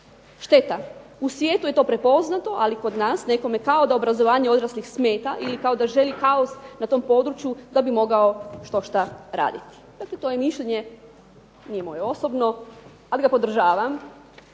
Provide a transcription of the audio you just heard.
Šteta, u svijetu je to prepoznato ali kod nas nekome kao da obrazovanje odraslih smeta ili kao da želi kaos na tom području da bi mogao štošta raditi.". Dakle, to je mišljenje nije moje osobno ali ga podržavam